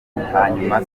hanyuma